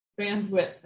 bandwidth